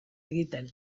egiten